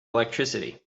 electricity